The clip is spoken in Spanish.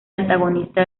antagonista